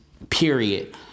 Period